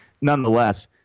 Nonetheless